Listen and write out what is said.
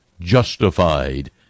justified